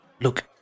look